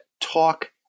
talk